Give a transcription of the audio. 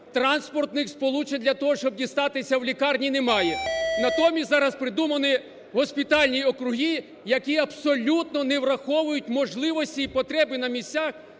Транспортних сполучень для того, щоб дістатися лікарні, немає. Натомість зараз придумані госпітальні округи, які абсолютно не враховують можливості і потреби на місцях